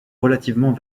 relativement